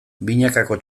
binakako